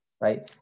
right